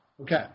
Okay